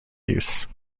use